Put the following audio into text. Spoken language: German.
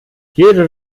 jede